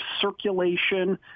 circulation